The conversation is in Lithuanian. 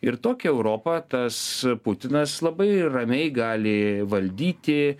ir tokią europą tas putinas labai ramiai gali valdyti